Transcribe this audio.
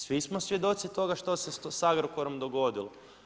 Svi smo svjedoci toga što se sa Agrokorom dogodilo.